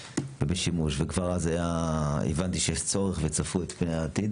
ובשימוש וכבר אז הבנתי שיש צורך וצפו את פני העתיד